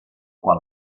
quan